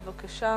בבקשה,